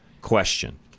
question